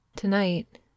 Tonight